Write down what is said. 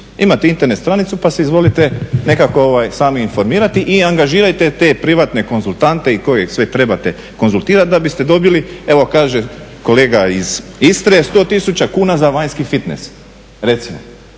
Imate Internet stranicu pa se izvolite nekako sami informirati i angažirajte te privatne konzultante i koje sve trebate konzultirati da biste dobili evo kaže kolega iz Istre 100 tisuća kuna za vanjski fitnes, recimo.